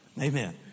Amen